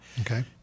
Okay